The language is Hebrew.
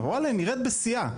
וואלה היא נראית בשיאה,